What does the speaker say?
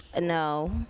No